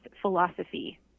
philosophy